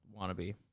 wannabe